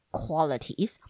qualities